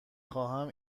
خواهم